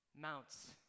mounts